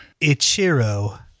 ichiro